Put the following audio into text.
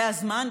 זה הזמן.